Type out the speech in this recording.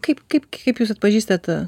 kaip kaip kaip jūs atpažįstat